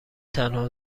تنها